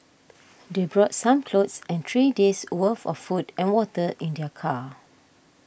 they brought some clothes and three days' worth of food and water in their car